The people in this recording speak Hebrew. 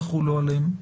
יחולו עליהם.